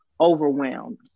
overwhelmed